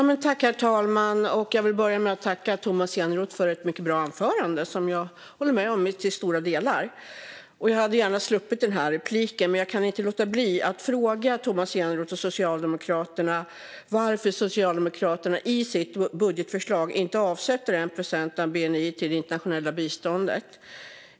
Herr talman! Jag vill börja med att tacka Tomas Eneroth för ett mycket bra anförande som jag håller med om till stora delar. Jag hade gärna sluppit den här repliken, men jag kan inte låta bli att fråga Tomas Eneroth varför Socialdemokraterna i sitt budgetförslag inte avsätter 1 procent av bni till det internationella biståndet.